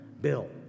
Bill